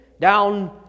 down